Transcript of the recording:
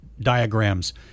diagrams